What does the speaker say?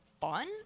fun